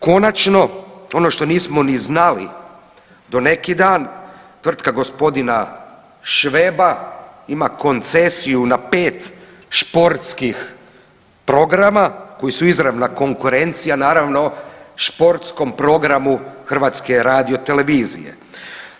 Konačno, ono što nismo ni znali do neki dan, tvrtka g. Šveba ima koncesiju na 5 športskih programa koji su izravna konkurencija naravno športskom programu HRT-a.